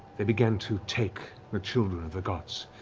they began to take the children of the gods,